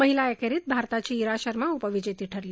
महिला एकेरीत भारताची इरा शर्मा उपविजेती ठरली